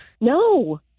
No